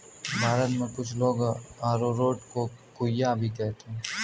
भारत में कुछ लोग अरारोट को कूया भी कहते हैं